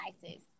devices